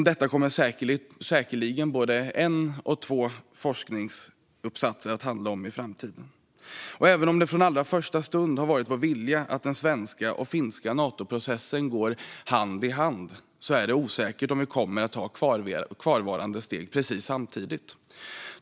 Detta kommer säkerligen både en och två forskningsuppsatser att handla om i framtiden. Även om det från allra första stund har varit vår vilja att den svenska och finska Natoprocessen går hand i hand är det osäkert om vi kommer att ta kvarvarande steg precis samtidigt.